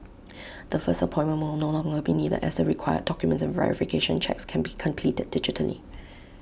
the first appointment will no longer be needed as the required documents and verification checks can be completed digitally